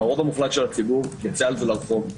והרוב המוחלט של הציבור יוצא לרחוב,